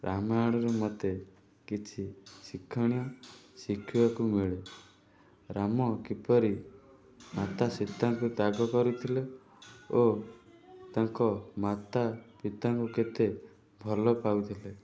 ରାମାୟଣରୁ ମତେ କିଛି ଶିଖଣୀୟ ଶିଖିବାକୁ ମିଳେ ରାମ କିପରି ମାତା ସୀତାଙ୍କୁ ତ୍ୟାଗ କରିଥିଲେ ଓ ତାଙ୍କ ମାତା ପିତାଙ୍କୁ କେତେ ଭଲ ପାଉଥିଲେ